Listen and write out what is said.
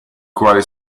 quale